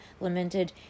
lamented